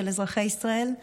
של אזרחי ישראל,